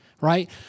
Right